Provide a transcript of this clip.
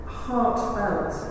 heartfelt